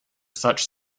such